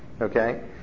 Okay